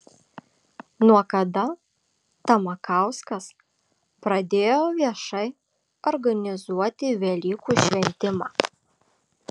nuo kada tamakauskas pradėjo viešai organizuoti velykų šventimą